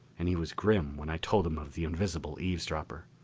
and he was grim when i told him of the invisible eavesdropper.